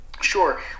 Sure